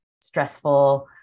stressful